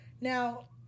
Now